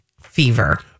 Fever